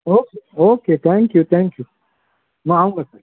okay okay thank you thank you میں آؤں گا سر